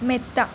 മെത്ത